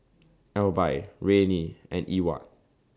Alby Rayne and Ewart